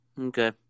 Okay